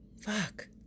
fuck